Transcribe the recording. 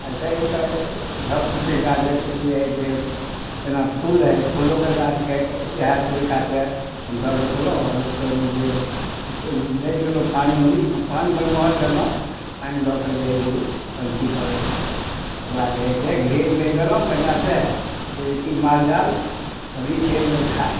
अच्छा अइसेहि सबकिछुके गाछ जे हइ से जेना फूल हइ फूलोके गाछके इएह तरीकासे हमसभ रोपलहुँ आओर रोपिके ओहिमे जे हइ से कोइ दैत गेलहुँ पानि उनि पानि बड़महल देलहुँ पानि दऽके जे हइ ओ पौनकी दऽ देलक आओर ओकरा जे हइ से घेर मेढ़ देलहुँ बढ़िआँसे जेकि माल जाल बकरी चरि नहि खाइ